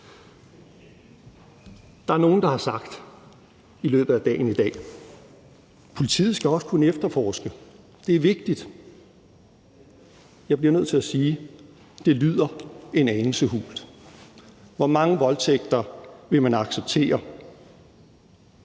Der er nogle, der i løbet af dagen i dag har sagt, at politiet også skal kunne efterforske sagerne, og at det er vigtigt. Jeg bliver nødt til at sige, at det lyder en anelse hult. Hvor mange voldtægter vil man acceptere